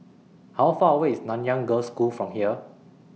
How Far away IS Nanyang Girls' High School from here